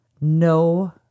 No